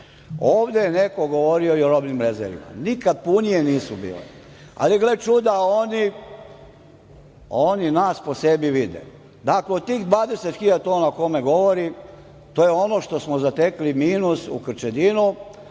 je neko govorio i o robnim rezervama. Nikad punije nisu bile, ali gle čuda oni nas po sebi vide. Dakle, od tih 20 hiljada tona o kome govori to je ono što smo zatekli minus u Krčedinu,